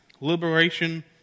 liberation